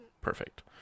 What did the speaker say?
Perfect